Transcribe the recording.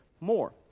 more